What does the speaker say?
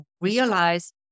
realize